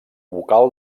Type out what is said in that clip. vocal